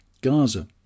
Gaza